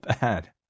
bad